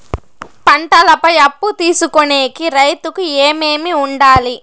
పంటల పై అప్పు తీసుకొనేకి రైతుకు ఏమేమి వుండాలి?